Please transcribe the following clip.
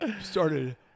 started